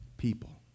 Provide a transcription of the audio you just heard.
people